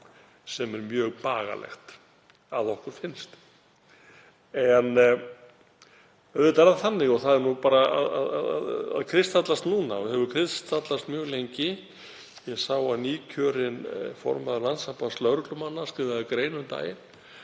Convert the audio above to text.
sem er mjög bagalegt, að okkur finnst. En auðvitað er það þannig og það er nú bara að kristallast núna og hefur kristallast mjög lengi — ég sá að nýkjörinn formaður Landssambands lögreglumanna skrifaði grein um daginn